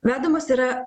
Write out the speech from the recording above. vedamas yra